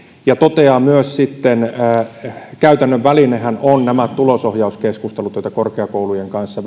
ja toteaa myös että käytännön välinehän ovat nämä tulosohjauskeskustelut joita korkeakoulujen kanssa